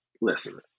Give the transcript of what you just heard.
listen